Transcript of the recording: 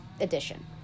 Edition